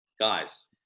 guys